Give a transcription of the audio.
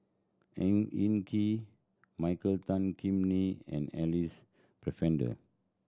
Ang Hin Kee Michael Tan Kim Nei and Alice Pennefather